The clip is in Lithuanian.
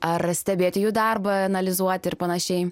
ar stebėti jų darbą analizuoti ir panašiai